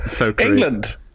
England